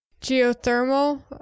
Geothermal